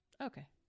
Okay